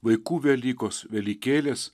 vaikų velykos velykėlės